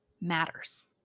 matters